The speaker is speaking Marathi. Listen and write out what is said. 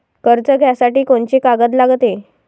कर्ज घ्यासाठी कोनची कागद लागते?